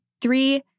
three